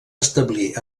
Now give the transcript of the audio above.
establir